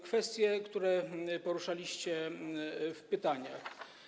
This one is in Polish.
Kwestie, które poruszaliście w pytaniach.